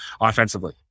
offensively